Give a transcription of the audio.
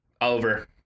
Over